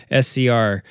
scr